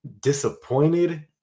disappointed